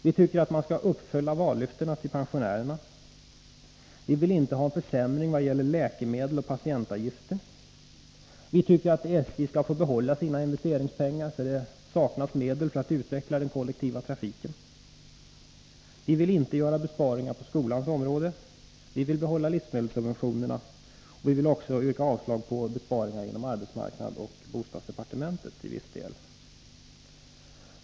Vi tycker vidare att man skall uppfylla vallöftena till pensionärerna. Vi vill inte ha försämring vad gäller läkemedel och patientavgifter. Vi tycker att SJ skall få behålla sina investeringspengar — det saknas medel för att utveckla den kollektiva trafiken. Vi vill inte göra besparingar på skolans område. Vi vill behålla livsmedelssubventionerna. Vi vill också yrka avslag på vissa besparingar inom arbetsmarknadsoch bostadsdepartementens områden.